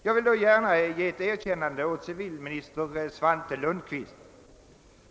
Jag vill gärna ge ett erkännande åt civilminister Lundkvist.